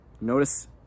notice